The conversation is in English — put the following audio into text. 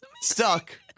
stuck